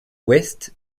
ouest